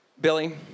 Billy